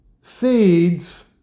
seeds